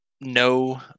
no